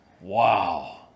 Wow